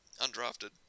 undrafted